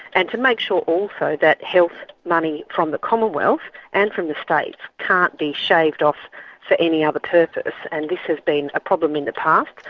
and to make sure also that health money from the commonwealth and from the states can't be shaved off for any other purpose, and this has been a problem in the past.